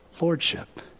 lordship